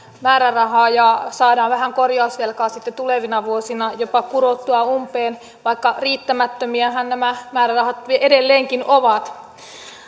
määrärahaa ja saadaan vähän korjausvelkaa sitten tulevina vuosina jopa kurottua umpeen vaikka riittämättömiähän nämä määrärahat edelleenkin ovat